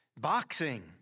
boxing